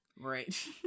Right